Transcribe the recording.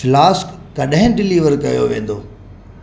flask कॾहिं deliver कयो वेंदो